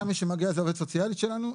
בדרך כלל מי שמגיעה זאת העובדת הסוציאלית שלנו.